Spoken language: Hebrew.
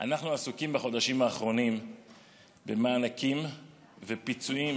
עסוקים בחודשים האחרונים במענקים ופיצויים